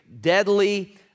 deadly